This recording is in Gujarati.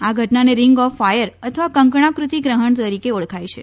આ ઘટનાને રિંગ ઓફ ફાયર અથવા કંકણાકૃતિ ગ્રહણ તરીકે ઓળખાય છે